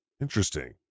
Interesting